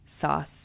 sauce